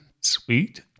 Sweet